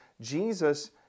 Jesus